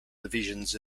divisions